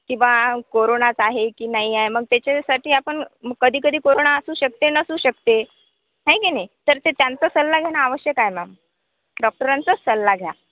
की बा कोरोनाच आहे की नाही आहे मग त्याच्यासाठी आपण मग कधी कधी कोरोना असू शकते नसू शकते है की नाही तर त्यांचं सल्ला घेणं आवश्यक आहे मॅम डॉक्टरांचाच सल्ला घ्या